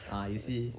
ah you see